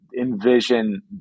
envision